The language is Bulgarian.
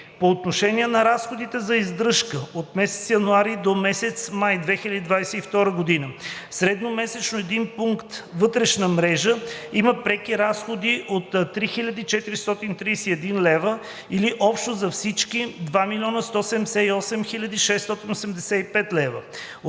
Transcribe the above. По отношение на разходите за издръжка – от месец януари до месец май 2022 г. средномесечно 1 пункт вътрешна мрежа има преки разходи от 3431 лв., или общо за всички – 2 178 685 лв.